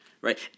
right